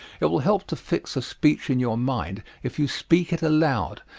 it will help to fix a speech in your mind if you speak it aloud,